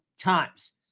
times